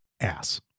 ass